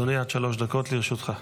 בבקשה, אדוני, עד שלוש דקות לרשותך.